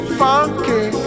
funky